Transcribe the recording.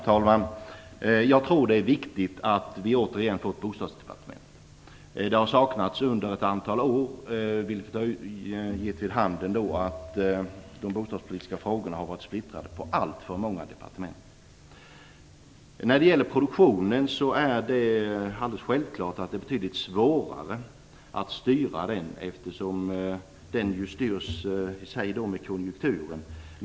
Herr talman! Jag tror att det är viktigt att vi återigen får ett bostadsdepartement. Det har saknats under ett antal år, vilket har medfört att de bostadspolitiska frågorna har varit splittrade på alltför många departement. Det är alldeles självklart att det är betydligt svårare att styra produktionen, eftersom den styrs av konjunkturen.